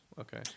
Okay